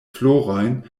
florojn